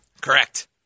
Correct